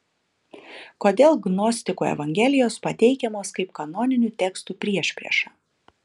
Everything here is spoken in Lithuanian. kodėl gnostikų evangelijos pateikiamos kaip kanoninių tekstų priešprieša